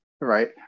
right